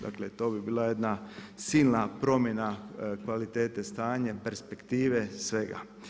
Dakle, to bi bila jedna silna promjena kvalitete stanje, perspektive, svega.